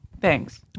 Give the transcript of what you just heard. Thanks